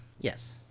Yes